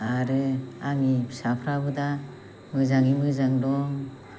आरो आंनि फिसाफोराबो दा मोजाङै मोजां दं